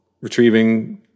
retrieving